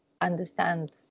understand